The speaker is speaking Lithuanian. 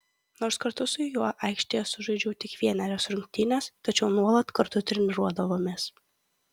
nors kartu su juo aikštėje sužaidžiau tik vienerias rungtynes tačiau nuolat kartu treniruodavomės